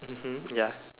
mmhmm ya